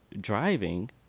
driving